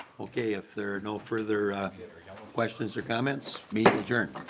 okay if there's no further questions or comments meeting adjourned.